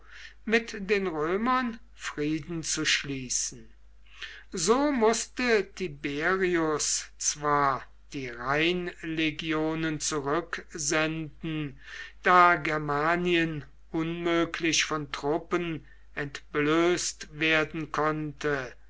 mit den römern frieden zu schließen so mußte tiberius zwar die rheinlegionen zurücksenden da germanien unmöglich von truppen entblößt werden konnte